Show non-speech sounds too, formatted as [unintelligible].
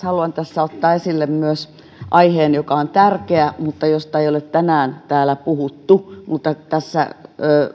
[unintelligible] haluan tässä ottaa esille myös aiheen joka on tärkeä mutta josta ei ole tänään täällä puhuttu vaikka tässä